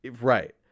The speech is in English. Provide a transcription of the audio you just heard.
Right